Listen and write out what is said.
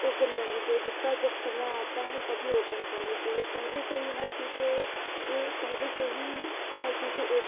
open करनी चाहिए जिसका जब समय आता है तभी ओपन करनी चाहिए पहले से ही हर चीज़ें ये पहले से ही हर चीज़ों